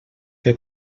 que